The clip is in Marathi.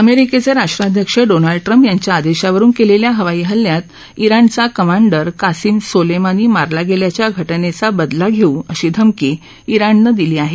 अमेरिकेचे राष्ट्राध्यक्ष डोनाल्ड ट्रम्प यांच्या आदेशावरून केलेल्या हवाई हल्ल्यामध्ये इराणचा कमांडर कासीम सोलेमानी मारला गेल्याच्या घटनेचा बदला घेऊ अशी धमकी इराणनं दिली आहे